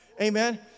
Amen